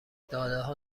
دادهها